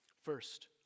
First